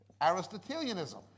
Aristotelianism